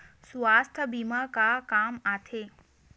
सुवास्थ बीमा का काम आ थे?